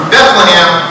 Bethlehem